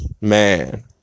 man